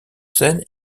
scène